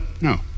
no